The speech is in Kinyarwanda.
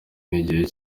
n’igihe